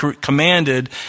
commanded